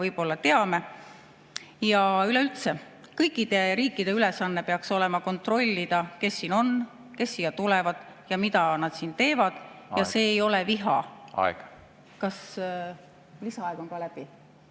kui me teame. Ja üleüldse kõikide riikide ülesanne peaks olema kontrollida, kes need on, kes siia tulevad, ja mida nad siin teevad. Aga see ei ole viha. Kert Kingo, palun!